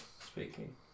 speaking